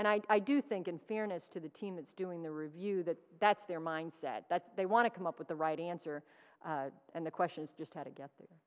and i do think in fairness to the team that's doing the review that that's their mindset that they want to come up with the right answer and the question is just how to get the